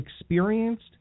experienced